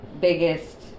biggest